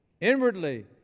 Inwardly